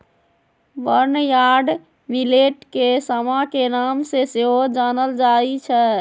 barnyard millet के समा के नाम से सेहो जानल जाइ छै